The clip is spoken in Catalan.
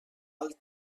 alt